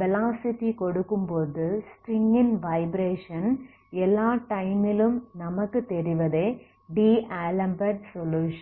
velocity கொடுக்கும்போது string -ன் vibration எல்லா டைமிலும் நமக்கு தெரிவதே டி ஆலம்பெர்ட் சொலுயுஷன்